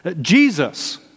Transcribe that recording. Jesus